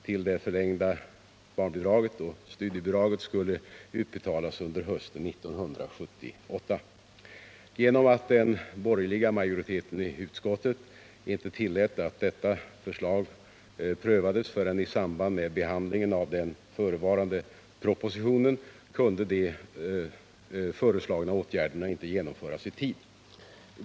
till det förlängda barnbidraget och studiebidraget skulle utbetalas under hösten 1978. Genom att den borgerliga majoriteten i utskottet inte tillät att detta förslag prövades förrän i samband med behandling av den förevarande propositionen, kunde de extra åtgärderna inte genomföras i tid.